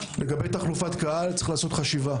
לגבי תחלופת קהל, צריך לעשות חשיבה.